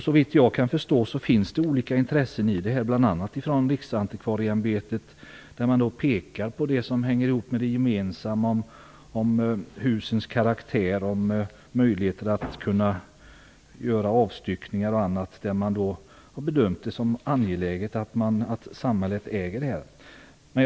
Såvitt jag kan förstå, finns det olika intressen i det här, bl.a. från Riksantikvarieämbetet. Man pekar på det som hänger ihop med det gemensamma, t.ex. husens karaktär, möjligheter att göra avstyckningar och annat, där man har bedömt det som angeläget att samhället äger det.